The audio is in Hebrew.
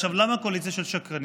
עכשיו, למה קואליציה של שקרנים?